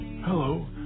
Hello